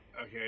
Okay